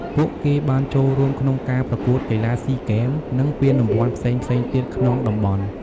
ពួកគេបានចូលរួមក្នុងការប្រកួតកីឡាស៊ីហ្គេម និងពានរង្វាន់ផ្សេងៗទៀតក្នុងតំបន់។